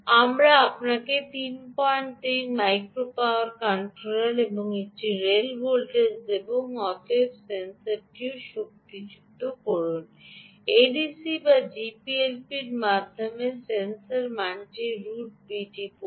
আমরা আপনাকে 33 power micro কন্ট্রোলের একটি রেল ভোল্টেজ দেব এবং অতএব সেন্সরটিকেও শক্তিশালী করুন ADC বা GPLP এর মাধ্যমে সেন্সর মান রুট বিটি পড়ুন